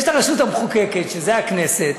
יש הרשות המחוקקת, שזה הכנסת,